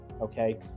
okay